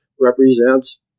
represents